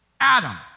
Adam